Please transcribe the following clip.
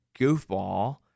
goofball